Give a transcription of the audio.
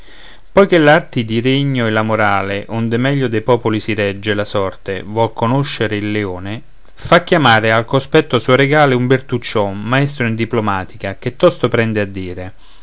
che l'arti di regno e la morale onde meglio dei popoli si regge la sorte vuol conoscere il leone fa chiamare al cospetto suo regale un bertuccion maestro in diplomatica che tosto prende a dire